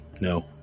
no